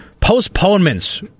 postponements